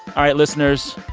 all right. listeners,